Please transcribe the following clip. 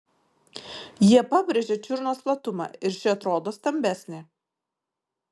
jie pabrėžia čiurnos platumą ir ši atrodo stambesnė